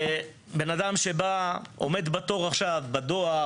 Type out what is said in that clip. אדם שעומד בתור לדואר,